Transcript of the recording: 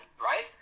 right